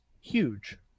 huge